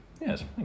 Yes